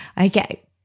Okay